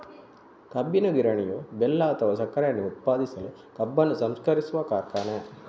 ಕಬ್ಬಿನ ಗಿರಣಿಯು ಬೆಲ್ಲ ಅಥವಾ ಸಕ್ಕರೆಯನ್ನ ಉತ್ಪಾದಿಸಲು ಕಬ್ಬನ್ನು ಸಂಸ್ಕರಿಸುವ ಕಾರ್ಖಾನೆ